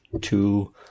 two